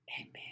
Amen